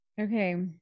Okay